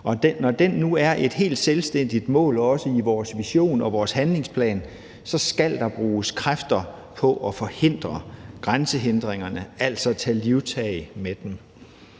når den nu er et helt selvstændigt mål også i vores vision og handlingsplan, skal der bruges kræfter på at forhindre grænsehindringerne, altså tages livtag med dem.